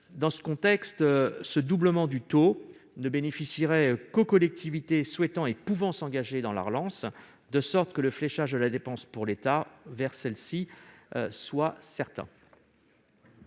Dans ce contexte, ce doublement du taux ne bénéficierait qu'aux collectivités souhaitant et pouvant s'engager dans la relance, de sorte que le fléchage de la dépense pour l'État vers celle-ci soit certain.